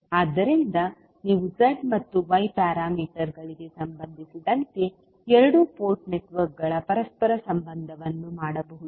ಆದ್ದರಿಂದ ನೀವು z ಮತ್ತು y ಪ್ಯಾರಾಮೀಟರ್ಗಳಿಗೆ ಸಂಬಂಧಿಸಿದಂತೆ ಎರಡು ಪೋರ್ಟ್ ನೆಟ್ವರ್ಕ್ಗಳ ಪರಸ್ಪರ ಸಂಬಂಧವನ್ನು ಮಾಡಬಹುದು